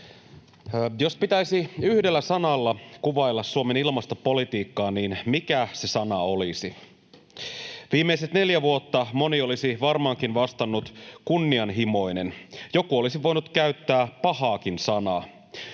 Jos pitäisi yhdellä sanalla kuvailla Suomen ilmastopolitiikkaa, niin mikä se sana olisi? Viimeiset neljä vuotta moni olisi varmaankin vastannut: kunnianhimoinen. Joku olisi voinut käyttää pahaakin sanaa.